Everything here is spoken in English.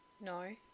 No